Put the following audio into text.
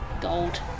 gold